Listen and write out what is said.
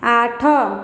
ଆଠ